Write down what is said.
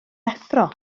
effro